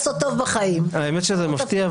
האמת שזה מפתיע,